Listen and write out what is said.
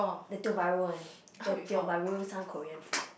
the Tiong-Bahru one the Tiong-Bahru some Korean food